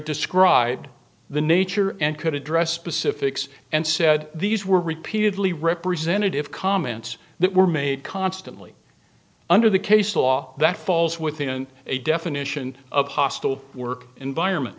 described the nature and could address specifics and said these were repeatedly representative comments that were made constantly under the case law that falls within a definition of hostile work environment